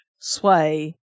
sway